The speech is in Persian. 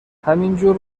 همینجور